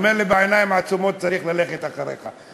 הוא אומר לי: בעיניים עצומות צריך ללכת אחריך,